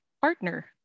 partner